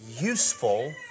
useful